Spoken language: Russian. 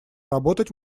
работать